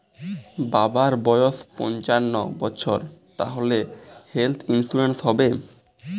বাবার বয়স পঞ্চান্ন বছর তাহলে হেল্থ ইন্সুরেন্স হবে?